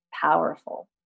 powerful